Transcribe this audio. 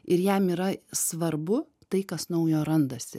ir jam yra svarbu tai kas naujo randasi